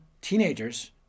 teenagers